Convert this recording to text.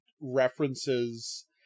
references